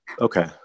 Okay